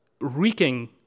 reeking